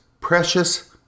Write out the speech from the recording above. precious